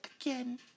again